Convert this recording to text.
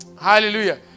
Hallelujah